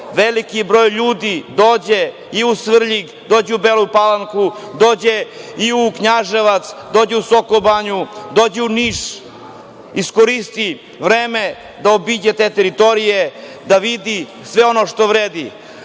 veliki broj ljudi dođe i u Svrljig, dođe u Belu Palanku, dođe i u Knjaževac, dođe u Soko banju, dođe u Niš, iskoristi vreme da obiđe te teritorije, da vidi sve ono što vredi. Niški